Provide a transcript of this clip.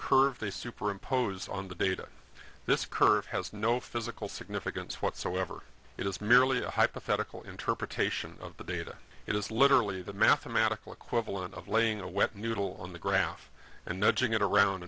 curve they superimposed on the data this curve has no physical significance whatsoever it is merely a hypothetical interpretation of the data it is literally the mathematical equivalent of laying a wet noodle on the graph and nudging it around